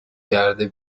کرده